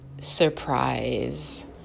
surprise